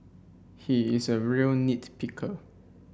he is a real nit picker